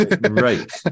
Right